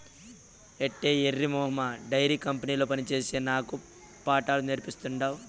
ఏటే ఎర్రి మొహమా డైరీ కంపెనీల పనిచేసిన నాకే పాఠాలు నేర్పతాండావ్